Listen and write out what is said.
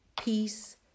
peace